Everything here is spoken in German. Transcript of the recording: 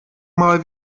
mal